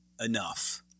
enough